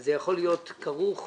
זה יכול להיות כרוך.